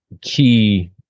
key